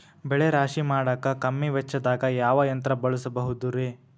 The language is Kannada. ಬೆಳೆ ರಾಶಿ ಮಾಡಾಕ ಕಮ್ಮಿ ವೆಚ್ಚದಾಗ ಯಾವ ಯಂತ್ರ ಬಳಸಬಹುದುರೇ?